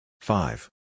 Five